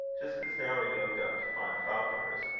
just as now he looked up to find falconer's.